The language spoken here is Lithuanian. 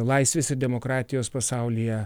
laisvės demokratijos pasaulyje